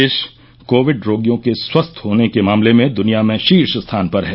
देश कोविड रोगियों के स्वस्थ होने के मामले में दुनिया में शीर्ष स्थान पर है